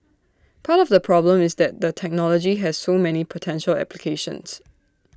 part of the problem is that the technology has so many potential applications